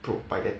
bro by that